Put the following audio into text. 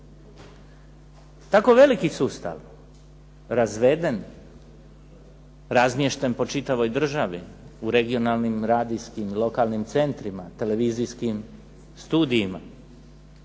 Tako veliki sustav razveden, razmješten po čitavoj državi, u regionalnim radijskim i lokalnim centrima, televizijskim studijima,